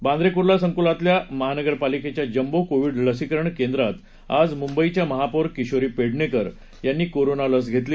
वांद्रे कूर्ला संकूलातील महानगरपालिकेच्या jumbo Covid लसीकरण केंद्रात आज मुंबईच्या महापौर किशोरी पेडणेकर यांनी कोरोना लस घेतली